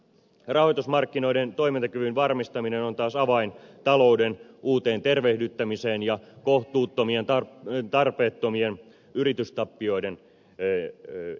rahoitusmarkkinoiden toimintakyvyn varmistaminen on taas avain talouden uuteen tervehdyttämiseen ja kohtuuttomien tarpeettomien yritystappioiden estämiseen